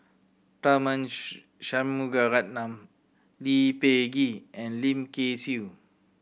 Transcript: Tharman Shanmugaratnam Lee Peh Gee and Lim Kay Siu